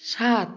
সাত